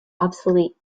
obsolete